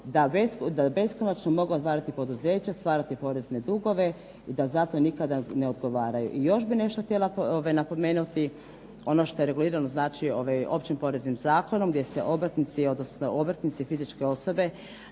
da beskonačno mnogo velikih poduzeća stvarati porezne dugove i da za to nikada ne odgovaraju. I još bih nešto htjela napomenuti, ono što je regulirano znači općim poreznim zakonom gdje se obrtnici, odnosno obrtnici fizičke osobe